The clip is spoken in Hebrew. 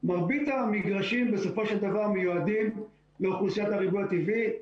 מרבית המגרשים בסופו של דבר מיועדים לאוכלוסיית הריבוי הטבעי.